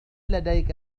لديك